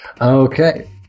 Okay